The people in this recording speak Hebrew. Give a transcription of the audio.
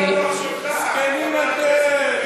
אוי אוי אוי, מסכנים אתם.